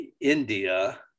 India